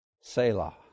Selah